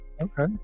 okay